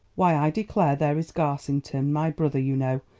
why, i declare there is garsington, my brother, you know,